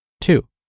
Two